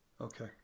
Okay